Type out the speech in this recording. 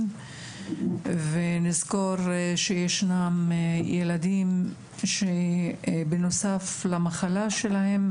ונזכור שישנם ילדים שבנוסף למחלה שלהם,